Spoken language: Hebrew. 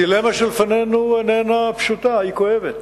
הדילמה שלפנינו איננה פשוטה, היא כואבת.